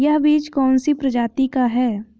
यह बीज कौन सी प्रजाति का है?